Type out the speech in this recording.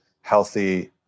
healthy